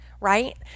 right